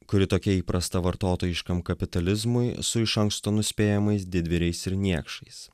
kuri tokia įprasta vartotojiškam kapitalizmui su iš anksto nuspėjamais didvyriais ir niekšais